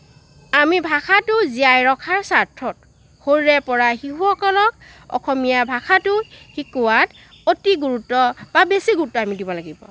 আমি ভাষাটো জীয়াই ৰখাৰ স্বাৰ্থত সৰুৰে পৰা শিশুসকলক অসমীয়া ভাষাটো শিকোৱাত অতি গুৰুত্ব বা বেছি গুৰুত্ব আমি দিব লাগিব